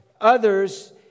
others